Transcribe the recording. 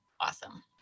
awesome